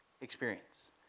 experience